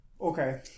Okay